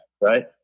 right